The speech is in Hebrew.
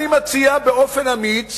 אני מציע באופן אמיץ